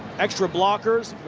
extra blockers.